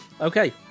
Okay